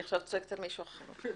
היא עכשיו צועקת על מישהו אחר.